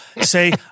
say